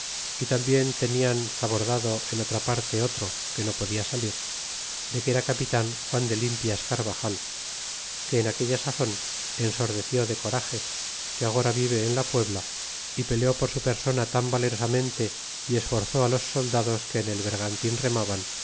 y tambien tenian zabordado en otra parte otro que no podia salir de que era capitan juan de limpias caravajal que en aquella sazon ensordeció de corage que agora vive en la puebla y peleó por su persona tan valerosamente y esforzó los soldados que en el bergantin remaban